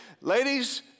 Ladies